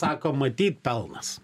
sako matyt pelnas